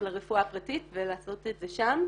לרפואה הפרטית ולעשות את זה שם.